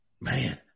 man